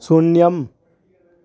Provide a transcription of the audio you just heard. शून्यम्